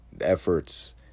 efforts